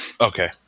Okay